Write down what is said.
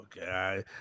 Okay